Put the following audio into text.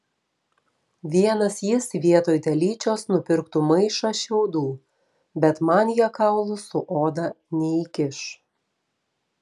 vienas jis vietoj telyčios nupirktų maišą šiaudų bet man jie kaulų su oda neįkiš